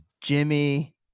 Jimmy